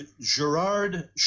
Gerard